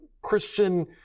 Christian